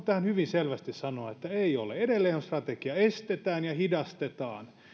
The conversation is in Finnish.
tähän hyvin selvästi sanoa että ei ole edelleen on strategiana se että estetään ja hidastetaan